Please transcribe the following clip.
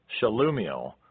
Shalumiel